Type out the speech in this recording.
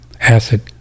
acid